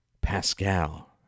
Pascal